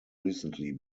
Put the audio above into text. recently